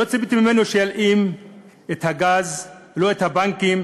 לא ציפיתי ממנו שילאים את הגז, לא את הבנקים,